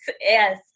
yes